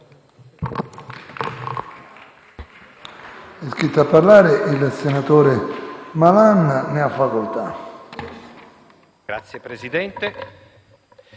Grazie Presidente.